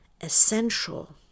essential